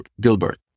Gilbert